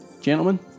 gentlemen